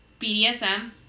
BDSM